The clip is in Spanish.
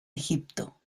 egipto